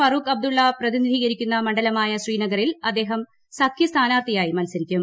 ഫറൂഖ് അബ്ദുള്ള പ്രതിനിധീകരിക്കുന്ന മണ്ഡലമായ ശ്രീനഗറിൽ അദ്ദേഹം സഖ്യസ്ഥാനാർത്ഥിയായി മത്സരിക്കും